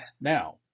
Now